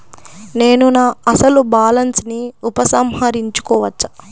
నేను నా అసలు బాలన్స్ ని ఉపసంహరించుకోవచ్చా?